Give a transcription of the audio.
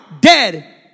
dead